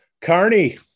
Carney